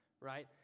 right